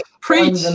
preach